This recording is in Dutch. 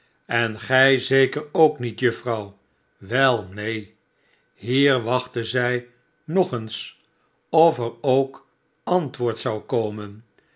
en gij zeker ook niet juffrouw wel neen hier wachtte zij nog eens of er ook antwoord zou komen